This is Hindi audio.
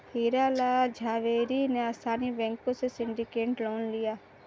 हीरा लाल झावेरी ने स्थानीय बैंकों से सिंडिकेट लोन लिया